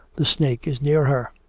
the snake is near her,